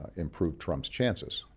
improve trump's chances.